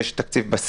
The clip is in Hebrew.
יש תקציב בסיס,